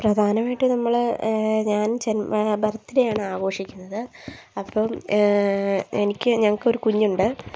പ്രധാനമായിട്ട് നമ്മൾ ഞാൻ ജന്മ ബർത്ത് ഡേയാണ് ആഘോഷിക്കുന്നത് അപ്പം എനിക്ക് ഞങ്ങൾക്കൊരു കുഞ്ഞുണ്ട്